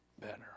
better